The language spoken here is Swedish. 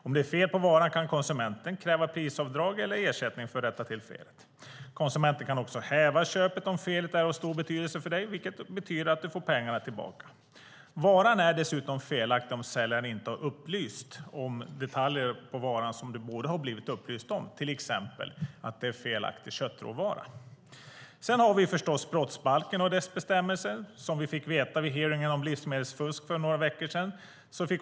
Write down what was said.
Om det är fel på varan kan konsumenten kräva prisavdrag eller ersättning för att rätta till felet. Konsumenten kan också häva köpet om felet är av stor betydelse, vilket betyder att man får pengarna tillbaka. Varan är dessutom felaktig om säljaren inte har upplyst om detaljer på varan som du borde ha blivit upplyst om, till exempel felaktig köttråvara. Sedan har vi förstås brottsbalken och dess bestämmelser, som vi fick veta vid hearingen om livsmedelsfusk för några veckor sedan.